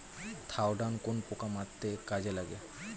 Thiodan কোন পোকা মারতে কাজে লাগে?